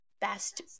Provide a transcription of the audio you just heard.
best